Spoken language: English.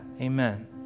amen